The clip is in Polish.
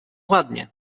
ładnie